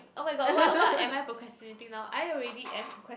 oh-my-god what what am I procrastinating now I already am procra~